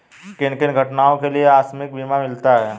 किन किन घटनाओं के लिए आकस्मिक बीमा मिलता है?